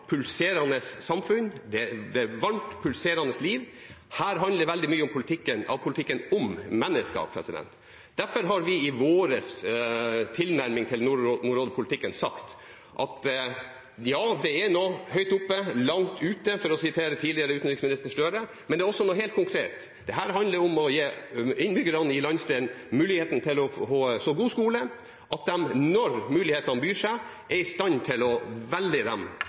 pulserende samfunn, det er varmt, pulserende liv. Her handler veldig mye av politikken om mennesker. Derfor har vi i vår tilnærming til nordområdepolitikken sagt at ja, det er noe høyt oppe, langt ute – for å sitere tidligere utenriksminister Gahr Støre – men det er også noe helt konkret. Det handler om å gi innbyggerne i landsdelen muligheten til å få en så god skole at de, når mulighetene byr seg, er i stand til å velge blant dem